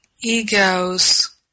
egos